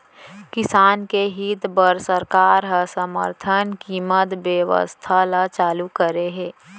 किसान के हित बर सरकार ह समरथन कीमत बेवस्था ल चालू करे हे